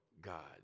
God